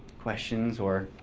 questions or?